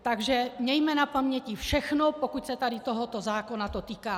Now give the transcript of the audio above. Takže mějme na paměti všechno, pokud se to tady tohoto zákona týká.